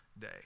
day